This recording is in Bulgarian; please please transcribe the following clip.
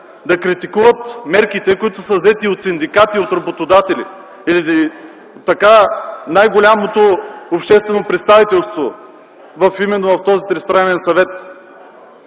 да критикуват мерките, които са взети от синдикати и от работодатели – най-голямото обществено представителство, а именно в този Тристранен съвет.